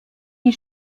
die